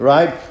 Right